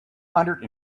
hundred